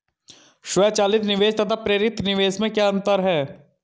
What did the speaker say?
स्वचालित निवेश तथा प्रेरित निवेश में क्या अंतर है?